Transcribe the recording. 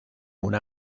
una